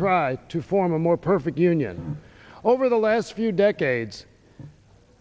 try to form a more perfect union over the last few decades